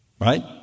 right